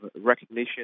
recognition